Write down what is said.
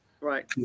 Right